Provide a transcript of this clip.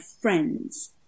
friends